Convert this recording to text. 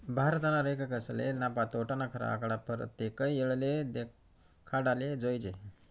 भारतना लेखकसले नफा, तोटाना खरा आकडा परतेक येळले देखाडाले जोयजे